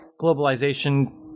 globalization